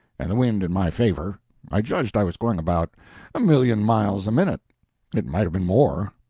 and the wind in my favor i judged i was going about a million miles a minute it might have been more,